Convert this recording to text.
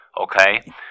okay